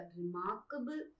remarkable